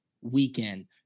weekend